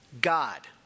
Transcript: God